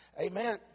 Amen